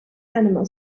animal